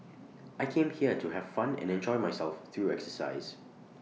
I came here to have fun and enjoy myself through exercise